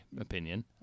opinion